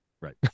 right